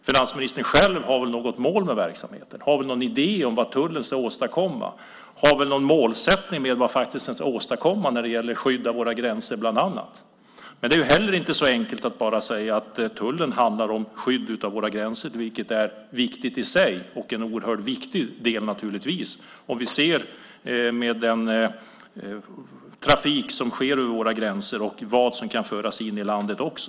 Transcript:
Finansministern själv har väl något mål med verksamheten, har väl någon idé om vad tullen ska åstadkomma och har väl någon målsättning när det gäller vad man faktiskt ska åstadkomma när det gäller bland annat skydd av våra gränser? Det är heller inte så enkelt att bara säga att tullen handlar om skydd av våra gränser, vilket är viktigt i sig och en oerhört viktig del naturligtvis. Vi ser den trafik som går över våra gränser och vad som kan föras in i landet.